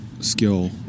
skill